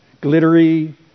glittery